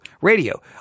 radio